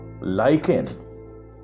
lichen